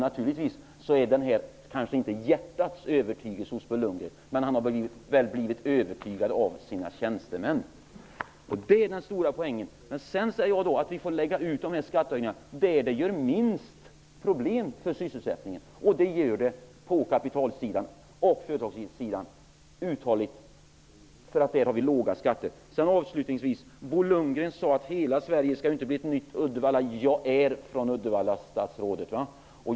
Detta är kanske inte hjärtats övertygelse hos Bo Lundgren, men han har väl blivit övertygad av sina tjänstemän. Men sedan säger jag att vi får lägga ut dessa skattehöjningar där de ger minst problem för sysselsättningen. Det är på kapitalsidan och på lång sikt på företagssidan -- där har vi låga skatter. Bo Lundgren sade att hela Sverige inte skall bli ett nytt Uddevalla. Jag är från Uddevalla, statsrådet!